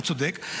הוא צודק,